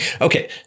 Okay